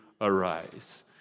arise